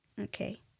Okay